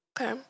Okay